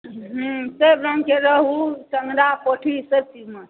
सब रंगके रोहु टंगरा पोठी सब चीजमे